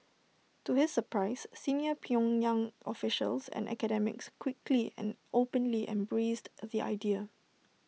to his surprise senior pyongyang officials and academics quickly and openly embraced the idea